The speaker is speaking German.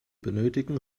benötigen